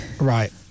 Right